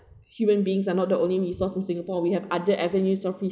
human beings are not the only resource in singapore we have other avenues of re~